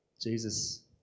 Jesus